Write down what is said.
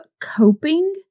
coping